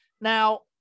Now